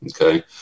Okay